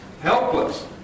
Helpless